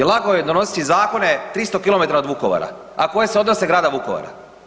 I lako je donositi zakone 300 km od Vukovara, a koje se odnose grada Vukovara.